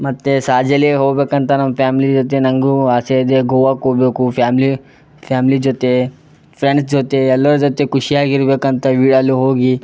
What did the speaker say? ಮತ್ತು ಸಾಜಲೇ ಹೋಗಬೇಕಂತ ನಮ್ಮ ಫ್ಯಾಮ್ಲಿ ಜೊತೆ ನನಗೂ ಆಸೆ ಇದೆ ಗೋವಾಕ್ಕೆ ಹೋಗ್ಬೇಕು ಫ್ಯಾಮ್ಲಿ ಫ್ಯಾಮ್ಲಿ ಜೊತೆ ಫ್ರೆಂಡ್ಸ್ ಜೊತೆ ಎಲ್ಲರ ಜೊತೆ ಖುಷ್ಯಾಗಿ ಇರಬೇಕಂತ ವಿ ಅಲ್ಲಿ ಹೋಗಿ